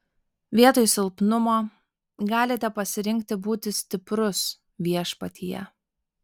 vietoj silpnumo galite pasirinkti būti stiprus viešpatyje